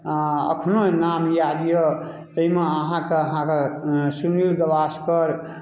एखनो नाम याद यए ताहिमे अहाँकेँ अहाँकेँ सुनील गवास्कर